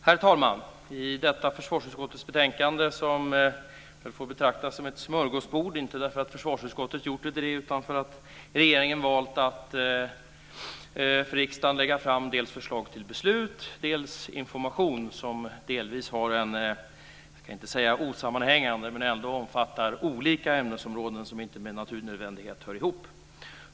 Herr talman! Detta försvarsutskottsbetänkande får betraktas som ett smörgåsbord, inte därför att försvarsutskottet gjort det till ett sådant utan därför att regeringen har valt att för riksdagen lägga fram dels förslag till beslut, dels information som utan att vara osammanhängande ändå omfattar olika ämnesområden som inte med naturnödvändighet hör ihop.